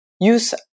use